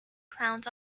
clowns